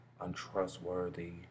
untrustworthy